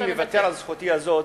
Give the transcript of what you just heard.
אני מוותר על זכותי הזאת,